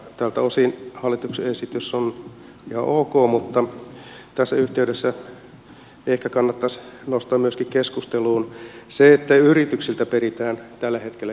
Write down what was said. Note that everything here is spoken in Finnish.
tältä osin hallituksen esitys on ihan ok mutta tässä yhteydessä ehkä kannattaisi nostaa myöskin keskusteluun se että yrityksiltä peritään tällä hetkellä kirkollisveroa